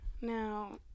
Now